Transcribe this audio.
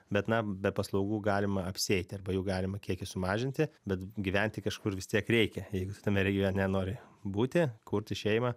bet na be paslaugų galima apsieiti arba jų galimą kiekį sumažinti bet gyventi kažkur vis tiek reikia jeigu tu tame regione nori būti kurti šeimą